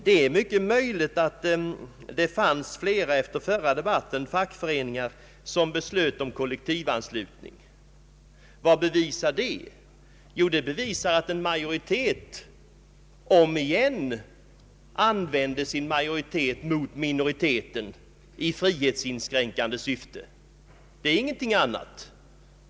Det är mycket möjligt att det efter den förra debatten fanns flera fackföreningar som beslöt sig för kollektivanslutning. Vad bevisar det? Jo, det bevisar att en majoritet åter använde sin majoritetsställning mot minoriteten i frihetsinskränkande syfte, ingenting annat.